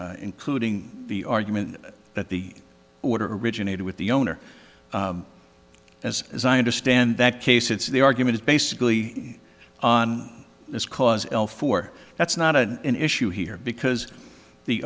case including the argument that the order originated with the owner as as i understand that case it's the arguments basically on this cause l for that's not an issue here because the